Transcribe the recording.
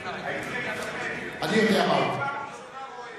לגבי הכשל הטכני, אני פעם ראשונה רואה את זה.